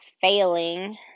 failing